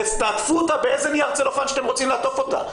תעטפו אותה באיזה נייר צלופן שאתם רוצים לעטוף אותה,